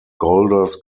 golders